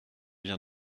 vient